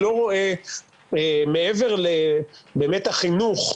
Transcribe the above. אני לא רואה מעבר להיבט החינוך,